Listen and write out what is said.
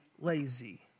lazy